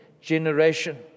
generation